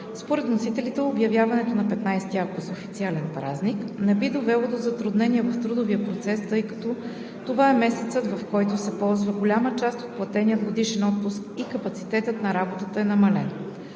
Според вносителите обявяването на 15 август за официален празник не би довело до затруднения в трудовия процес, тъй като това е месецът, в който се ползва голяма част от платения годишен отпуск и капацитетът на работа е намален.